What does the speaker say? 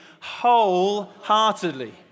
Wholeheartedly